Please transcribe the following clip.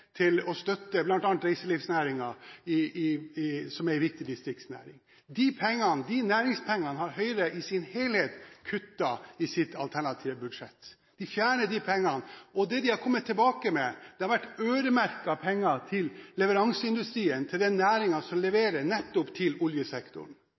til å støtte bl.a. reiselivsnæringen, som er en viktig distriktsnæring. De næringspengene har Høyre i sin helhet kuttet i sitt alternative budsjett. De fjerner de pengene, og det de har kommet tilbake med, har vært øremerkede penger til leveranseindustrien, til den næringen som